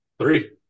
three